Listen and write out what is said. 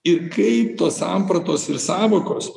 ir kaip tos sampratos ir sąvokos